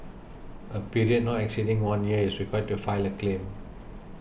a period not exceeding one year is required to file a claim